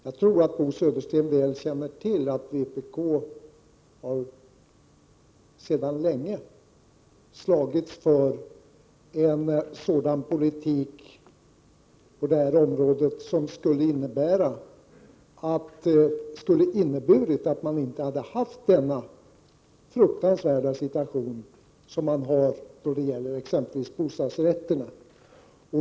Jag tror att Bo Södersten väl känner till att vpk sedan länge har slagits för en sådan politik på detta område som skulle ha inneburit att man inte haft denna fruktansvärda situation som man har då det gäller exempelvis bostadsrätterna.